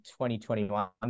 2021